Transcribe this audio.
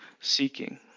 seeking